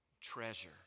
treasure